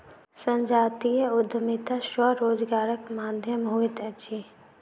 संजातीय उद्यमिता स्वरोजगारक माध्यम होइत अछि